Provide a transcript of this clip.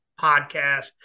podcast